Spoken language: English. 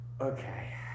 Okay